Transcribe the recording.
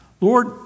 Lord